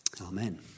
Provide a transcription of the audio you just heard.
Amen